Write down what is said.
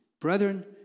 Brethren